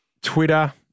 Twitter